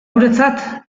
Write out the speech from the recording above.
guretzat